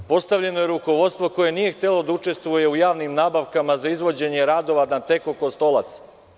Postavljeno je rukovodstvo koje nije htelo da učestvuje u javnim nabavkama za izvođenje radova na „TE-KO“ Kostolcu.